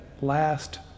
last